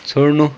छोड्नु